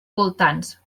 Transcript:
voltants